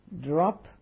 drop